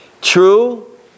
True